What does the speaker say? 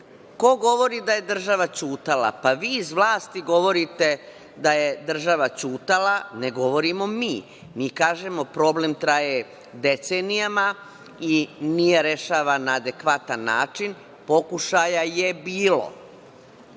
govori da je država ćutala? Pa vi iz vlasti govorite da je država ćutala, ne govorimo to mi. Mi kažemo da problem traje decenijama i nije rešavan na adekvatan način, pokušaja je